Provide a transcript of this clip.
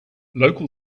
local